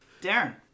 Darren